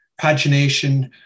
pagination